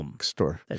store